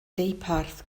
deuparth